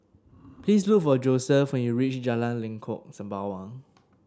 please look for Joseph when you reach Jalan Lengkok Sembawang